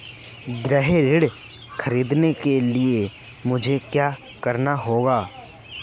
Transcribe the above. गृह ऋण ख़रीदने के लिए मुझे क्या करना होगा?